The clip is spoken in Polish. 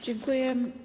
Dziękuję.